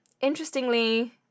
interestingly